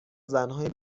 زنهای